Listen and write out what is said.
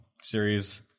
series